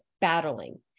battling